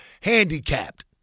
handicapped